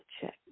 check